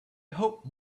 hope